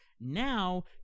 Now